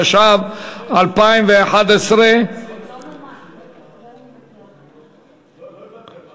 התשע"ב 2011. לא הבנתי על מה